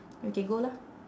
we can go lah